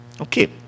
Okay